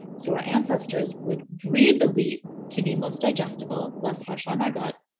so our ancestors would breed the wheat to be most digestible, less harsh on our gut.